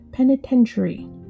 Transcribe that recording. penitentiary